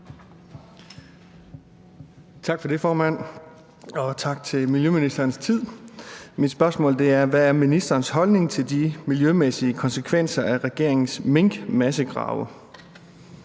Tak for det, formand, og tak for ministerens tid. Mit spørgsmål er: Hvad er ministerens holdning til de miljømæssige konsekvenser af regeringens minkmassegrave?